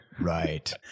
Right